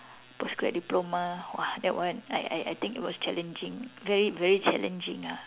post grad diploma !wah! that one I I I think it was challenging very very challenging ah